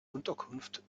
unterkunft